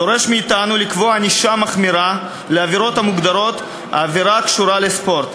דורש מאתנו לקבוע ענישה מחמירה על עבירות המוגדרות עבירה הקשורה לספורט.